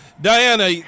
Diana